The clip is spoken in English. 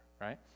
right